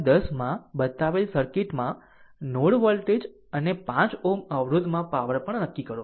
10 માં બતાવેલ સર્કિટમાં નોડ વોલ્ટેજ અને 5 Ω અવરોધમાં પાવર પણ નક્કી કરો